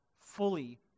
fully